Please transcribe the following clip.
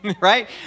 Right